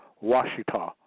Washita